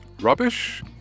Rubbish